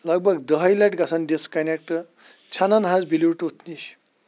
لَگ بَگ دَہہِ لَٹۍ گَژَھان ڈِسکَنٮ۪کٹ ژٮ۪نان حَظ بِلیوٗٹُتھ نِش